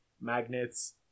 magnets